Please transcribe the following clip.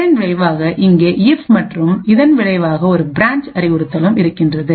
இதன் விளைவாக இங்கே இப் மற்றும் இதன் விளைவாக ஒரு பிரான்ச் அறிவுறுத்தலும் இருக்கின்றது